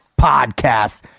podcast